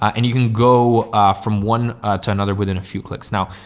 and you can go from one to another within a few clicks. now,